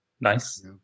Nice